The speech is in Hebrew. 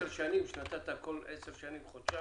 כשנאת נותנת על כל עשר שנים חודשיים,